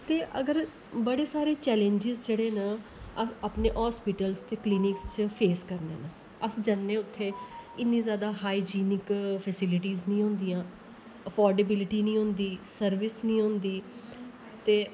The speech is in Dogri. ते अगर बडे़ सारे चैलैंजिस जेह्डे़ न अस अपने हाॅसपिटल च क्लिनिक च केस करने न अस जन्ने उत्थै इन्नी जैदा हाईजिनिक फैसीलिटी नेईं होंदिया आफर्डेबिलिटी नेईं होंदी सर्विस नेईं होंदी ते